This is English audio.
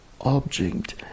object